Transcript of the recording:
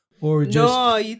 No